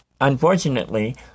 Unfortunately